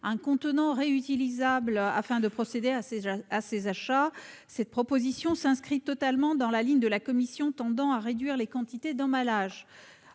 un contenant réutilisable, afin de procéder à ses achats. Cette proposition s'inscrit totalement dans la ligne de la commission visant à réduire les quantités d'emballages.